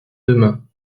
demain